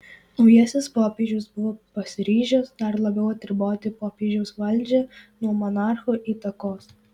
naujasis popiežius buvo pasiryžęs dar labiau atriboti popiežiaus valdžią nuo monarcho įtakos